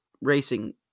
racing